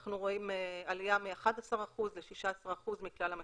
אנחנו רואים עלייה מ-11% ל-16% מכלל המפוקחים.